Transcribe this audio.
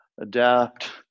Adapt